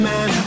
Man